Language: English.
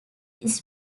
its